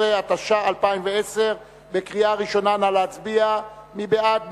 15), התש"ע 2010. מי בעד?